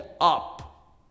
up